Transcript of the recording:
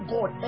God